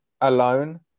alone